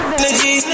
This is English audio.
energy